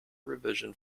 revision